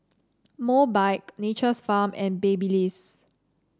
Mobike Nature's Farm and Babyliss